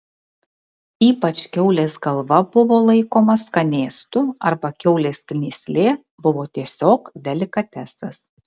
ypač kiaulės galva buvo laikoma skanėstu arba kiaulės knyslė buvo tiesiog delikatesas